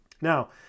Now